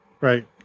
Right